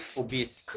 obese